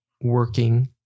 working